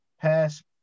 pass